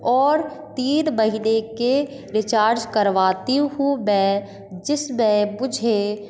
और तीन महीने के रिचार्ज करवाती हूँ मैं जिसमें मुझे